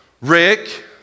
Rick